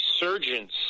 resurgence